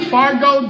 Fargo